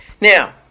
Now